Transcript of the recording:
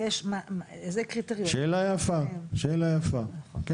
איזה קריטריונים שאלה יפה, שאלה יפה, כן.